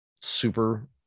super